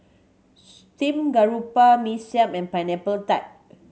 steamed garoupa Mee Siam and Pineapple Tart